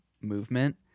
movement